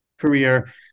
career